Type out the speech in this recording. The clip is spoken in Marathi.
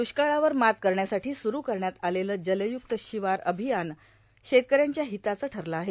दुष्काळावर मात करण्यासाठी सुरू करण्यात आलेले जलयुक्त शिवार अभियान शेतकऱ्यांच्या हिताचं ठरलं आहे